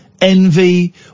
Envy